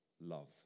love